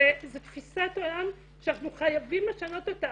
זה תפיסת עולם שאנחנו חייבים לשנות אותה.